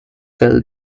cell